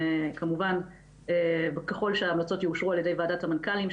כמובן ככל שההמלצות יאושרו על ידי ועדת המנכ"לים,